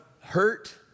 hurt